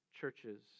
churches